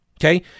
Okay